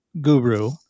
guru